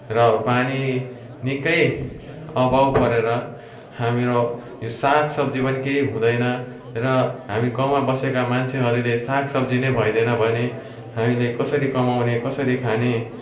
र पानी निक्कै अभाव परेर हाम्रो यो साग सब्जी पनि केही हुँदैन र हामी गाउँमा बसेका मान्छेहरूले साग सब्जी नै भइदिएन भने हामीले कसरी कमाउने कसरी खाने